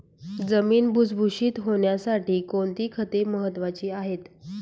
जमीन भुसभुशीत होण्यासाठी कोणती खते महत्वाची आहेत?